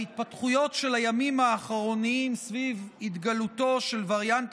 ההתפתחויות של הימים האחרונים סביב התגלותו של וריאנט